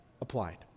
applied